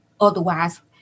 otherwise